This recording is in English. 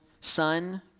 son